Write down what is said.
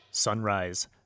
Sunrise